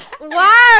Wow